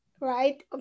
right